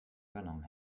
übernommen